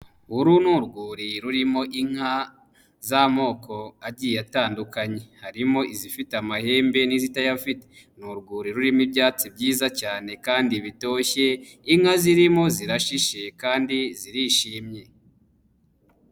Uru ni urwuri rurimo inka z'amoko agiye atandukanye, harimo izifite amahembe n'izitayafite, ni urwuri rurimo ibyatsi byiza cyane kandi bitoshye, inka zirimo zirashishe kandi zirishimye.